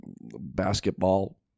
Basketball